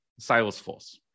Salesforce